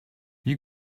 wie